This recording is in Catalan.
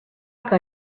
que